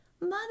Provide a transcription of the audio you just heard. Mother